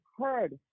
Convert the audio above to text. heard